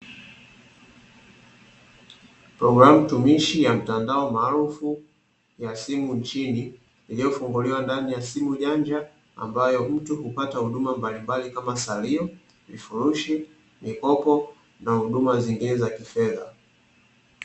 Programu tumishi ya mitandao maarufu ya simu nchini, iliyofunguliwa ndani ya simu janja, ambapo mtu hupata huduma mbalimbali kama salio, vifurushi, mikopo na huduma nyingine za kifedha.